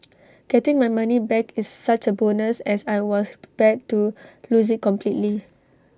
getting my money back is such A bonus as I was prepared to lose IT completely